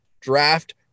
draft